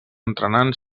entrenant